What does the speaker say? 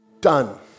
Done